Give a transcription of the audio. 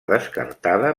descartada